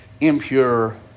impure